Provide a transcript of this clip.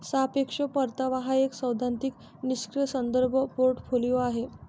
सापेक्ष परतावा हा एक सैद्धांतिक निष्क्रीय संदर्भ पोर्टफोलिओ आहे